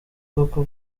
kuko